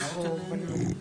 אור מלכי,